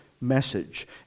message